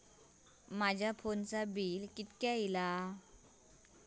माझ्या फोनचा बिल किती इला?